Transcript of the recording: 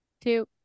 two